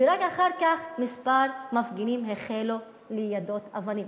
ורק אחר כך כמה מפגינים החלו ליידות אבנים.